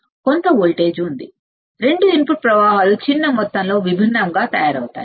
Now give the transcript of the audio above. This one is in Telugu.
ఈ అవుట్పుట్ వోల్టేజ్ ని సున్నా చేయడానికిరెండు ఇన్పుట్ కర్రెంట్లు చిన్న మొత్తంతో విభిన్నంగా తయారవుతాయి